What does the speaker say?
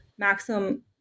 maximum